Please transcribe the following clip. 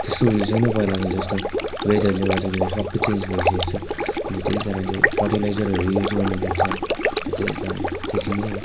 त्यस्तो उयो छैन पहिलाको जस्तो वेदरले गर्दाखेरि सबै चेन्ज भइसकेको छ अन्त त्यही कारणले फटिलाइजरहरू युज गर्नुपर्छ अन्त त्यही कारण त्यति नै हो